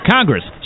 Congress